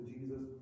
Jesus